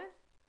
כן.